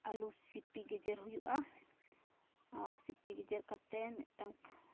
ᱟᱹᱞᱩ ᱥᱤᱯᱤ ᱜᱮᱡᱮᱨ ᱦᱩᱭᱩᱜᱼᱟ ᱟᱨ ᱥᱤᱯᱤ ᱜᱮᱡᱮᱨ ᱠᱟᱛᱮᱫ ᱢᱤᱫᱴᱟᱝ